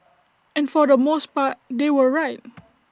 and for the most part they were right